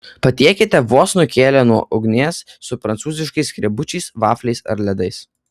patiekite vos nukėlę nuo ugnies su prancūziškais skrebučiais vafliais ar ledais